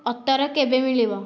ଅତର କେବେ ମିଳିବ